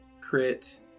crit